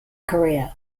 korea